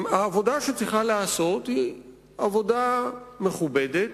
העבודה שצריכה להיעשות היא עבודה מכובדת,